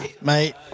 Mate